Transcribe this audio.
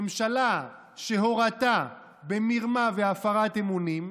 ממשלה שהורתה במרמה והפרת אמונים,